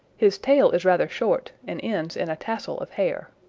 his tail is rather short and ends in a tassel of hair.